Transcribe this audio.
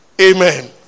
Amen